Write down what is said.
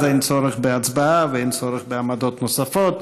אז אין צורך בהצבעה ואין צורך בעמדות נוספות.